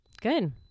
Good